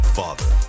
father